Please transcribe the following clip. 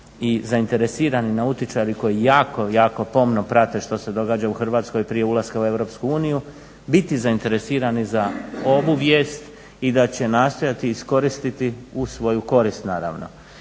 i zainteresirani nautičari koji jako jako pomno prate što se događa u Hrvatskoj prije ulaska u EU biti zainteresirani za ovu vijest i da će nastojati iskoristiti u svoju korist naravno.